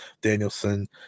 Danielson